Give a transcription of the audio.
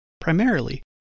Primarily